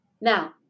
Now